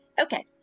Okay